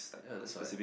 ya that's why